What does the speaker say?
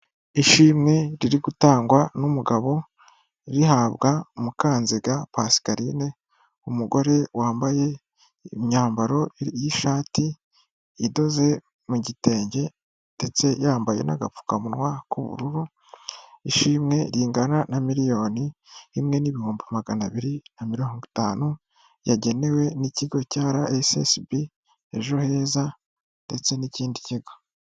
Ishimwe riri gutangwa n'umugabo rihabwa Mukanziga Pascaline, umugore wambaye imyambaro y'ishati idoze mu gitenge ndetse yambaye n'agapfukamunwa k'ubururu, ishimwe ringana na miliyoni imwe n'ibihumbi magana abiri na mirongo itanu yagenewe n'ikigo cy'Arasesibi, EjoHeza ndetse n'ikindi kigo.